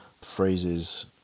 phrases